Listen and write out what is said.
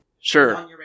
Sure